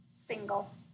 single